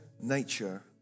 nature